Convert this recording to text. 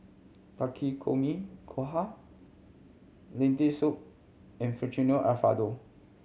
Takikomi Gohan Lentil Soup and Alfredo